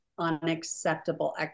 unacceptable